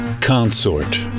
consort